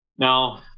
Now